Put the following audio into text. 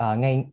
ngay